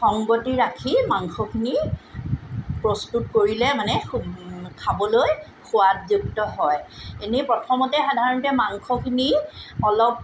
সংগতি ৰাখি মাংসখিনি প্ৰস্তুত কৰিলে মানে খাবলৈ সোৱাদযুক্ত হয় এনেই প্ৰথমতে সাধাৰণতে মাংসখিনি অলপ